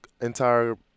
entire